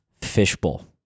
fishbowl